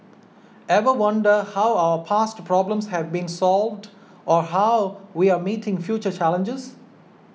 ever wonder how our past problems have been solved or how we are meeting future challenges